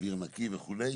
אוויר נקי וכו'.